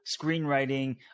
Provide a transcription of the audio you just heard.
screenwriting